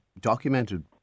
documented